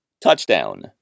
touchdown